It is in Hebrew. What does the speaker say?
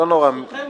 זה בסדר,